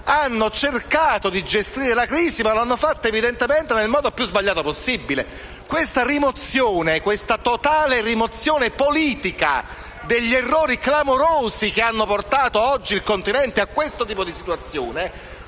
abbiano cercato di gestire la crisi e di come lo abbiano fatto, evidentemente, nel modo più sbagliato possibile. C'è una totale rimozione politica degli errori clamorosi che hanno portato oggi il continente a questo tipo di situazione.